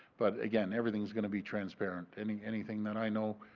but again, everything is going to be transparent. anything anything that i know,